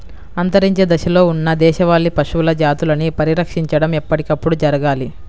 అంతరించే దశలో ఉన్న దేశవాళీ పశువుల జాతులని పరిరక్షించడం ఎప్పటికప్పుడు జరగాలి